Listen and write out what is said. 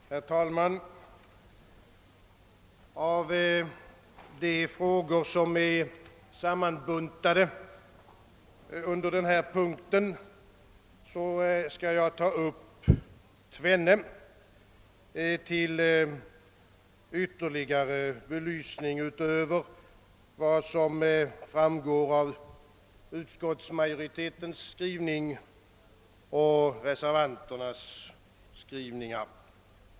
Herr talman! Av de frågor som är samlade under denna punkt skall jag ta upp två till ytterligare belysning utöver vad som framgår av utskottsmajoritetens skrivning och reservanternas skrivningar.